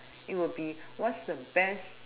it will be what's the best